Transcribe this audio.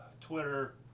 Twitter